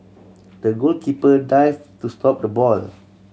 the goalkeeper dive to stop the ball